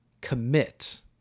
commit